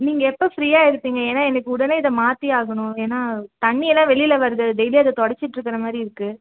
நீங்கள் எப்போ ஃப்ரீயாக இருப்பீங்க ஏன்னால் எனக்கு உடனே இதை மாற்றி ஆகணும் ஏன்னால் தண்ணியெல்லாம் வெளியில் வருது டெய்லி அதை துடச்சிட்ருக்கற மாதிரி இருக்குது